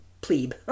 plebe